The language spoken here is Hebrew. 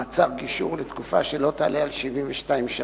להורות על מעצר גישור לתקופה שלא תעלה על 72 שעות,